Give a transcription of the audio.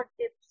tips